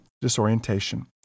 disorientation